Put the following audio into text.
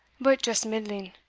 but just middling,